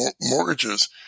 mortgages